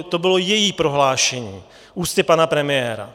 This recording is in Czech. To bylo její prohlášení ústy pana premiéra.